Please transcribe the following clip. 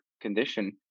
condition